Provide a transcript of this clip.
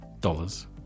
dollars